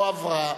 לא עברה.